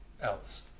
else